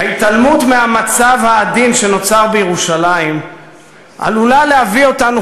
ההתעלמות מהמצב העדין שנוצר בירושלים עלולה להביא אותנו,